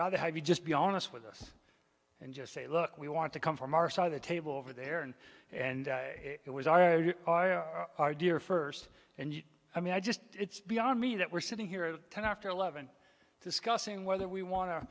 rather have you just be honest with us and just say look we want to come from our side of the table over there and and it was are you our dear first and you i mean i just it's beyond me that we're sitting here at ten after eleven discussing whether we want to